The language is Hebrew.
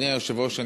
אדוני היושב-ראש,